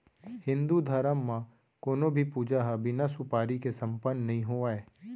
हिन्दू धरम म कोनों भी पूजा ह बिना सुपारी के सम्पन्न नइ होवय